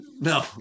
No